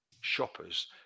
shoppers